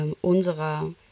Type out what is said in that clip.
unserer